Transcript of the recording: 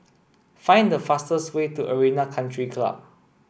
find the fastest way to Arena Country Club